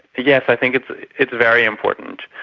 yes, i think it's it's very important.